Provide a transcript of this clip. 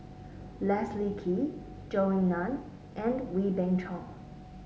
Leslie Kee Zhou Ying Nan and Wee Beng Chong